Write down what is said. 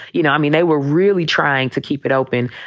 you know, i mean, they were really trying to keep it open.